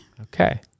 Okay